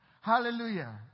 Hallelujah